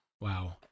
Wow